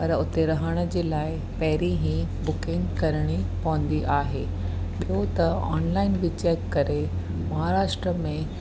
पर उते रहण जे लाइ पहिरीं ई बुकिंग करणी पवंदी आहे ॿियो त ऑनलाइन बि चैक करे महाराष्ट्र में